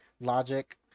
logic